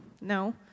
No